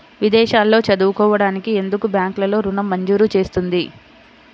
విదేశాల్లో చదువుకోవడానికి ఎందుకు బ్యాంక్లలో ఋణం మంజూరు చేస్తుంది?